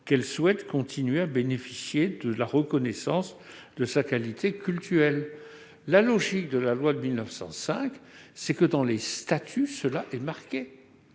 qu'elle souhaite continuer à bénéficier de la reconnaissance de sa qualité cultuelle. La logique de la loi de 1905 est que cela figure dans les statuts.